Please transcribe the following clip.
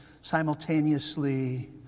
simultaneously